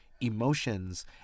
emotions